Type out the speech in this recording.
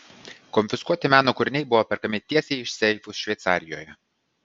konfiskuoti meno kūriniai buvo perkami tiesiai iš seifų šveicarijoje